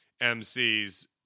MCs